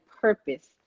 purpose